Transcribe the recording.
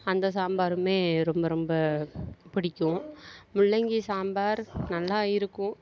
அந்த சாம்பாருமே ரொம்ப ரொம்ப பிடிக்கும் முள்ளங்கி சாம்பார் நல்லா இருக்கும்